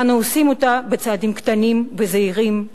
ואנו עושים אותה בצעדים קטנים וזהירים,